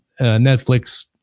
Netflix